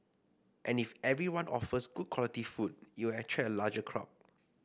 and if everyone offers good quality food it'll attract a larger crowd